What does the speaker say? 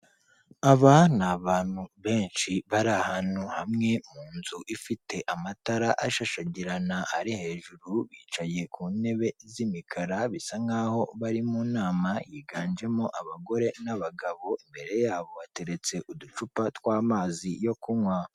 Aba ni abantu benshi bari ahantu hamwe mu nzu ifite amatara ashashagirana ari hejuru, bicaye ku ntebe z'imikara, bisa nk' aho bari mu nama, yiganjemo abagore n'abagabo, imbere yabo bateretse uducupa tw'amazi yo kunywa.